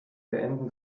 beenden